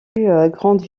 grande